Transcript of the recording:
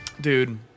Dude